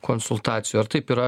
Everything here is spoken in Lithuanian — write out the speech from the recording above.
konsultacijų ar taip yra